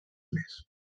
més